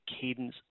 cadence